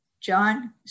John